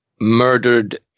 murdered